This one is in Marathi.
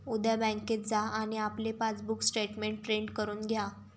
उद्या बँकेत जा आणि आपले पासबुक स्टेटमेंट प्रिंट करून घ्या